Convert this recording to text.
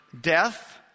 death